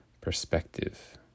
perspective